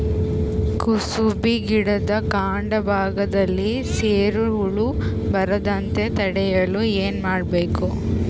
ಕುಸುಬಿ ಗಿಡದ ಕಾಂಡ ಭಾಗದಲ್ಲಿ ಸೀರು ಹುಳು ಬರದಂತೆ ತಡೆಯಲು ಏನ್ ಮಾಡಬೇಕು?